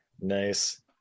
nice